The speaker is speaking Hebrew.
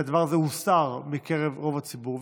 הדבר הזה הוסתר מרוב הציבור.